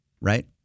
right